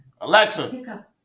Alexa